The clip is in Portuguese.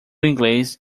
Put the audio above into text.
inglês